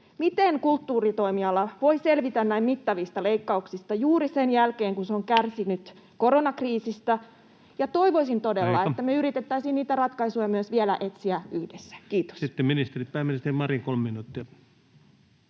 miten kulttuuritoimiala voi selvitä näin mittavista leikkauksista juuri sen jälkeen, kun se on kärsinyt koronakriisistä? Toivoisin todella, [Puhemies: Aika!] että me yritettäisiin myös niitä ratkaisuja etsiä vielä yhdessä. — Kiitos. Sitten ministerit. — Pääministeri Marin, 3 minuuttia.